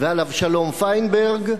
ועל אבשלום פיינברג,